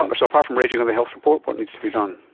um so apart from raging on the health report, what needs to be done?